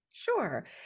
sure